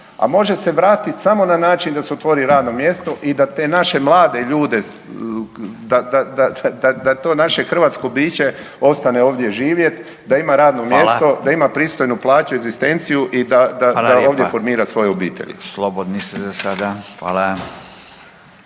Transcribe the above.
a može se vratiti samo na način da se otvori radno mjesto i da te naše mlade ljude, da to naše hrvatsko biće ostane ovdje živjet, da ima radno mjesto, da ima pristojnu plaću .../Upadica Radin: Hvala./...egzistenciju i da ovdje formira svoje obitelji. **Radin, Furio (Nezavisni)** Hvala